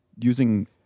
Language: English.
using